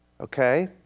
Okay